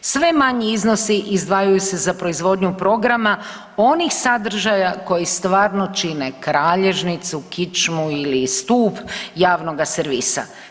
Sve manji iznosi izdvajaju se za proizvodnju programa onih sadržaja koji stvarno čine kralježnicu, kičmu ili stup javnoga servisa.